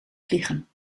vliegen